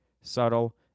subtle